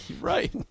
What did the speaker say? Right